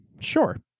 Sure